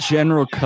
General